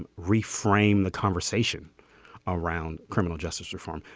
reframe the conversation around criminal justice reform.